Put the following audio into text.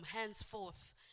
henceforth